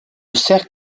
cercle